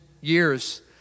years